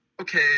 okay